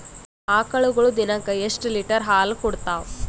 ಆಕಳುಗೊಳು ದಿನಕ್ಕ ಎಷ್ಟ ಲೀಟರ್ ಹಾಲ ಕುಡತಾವ?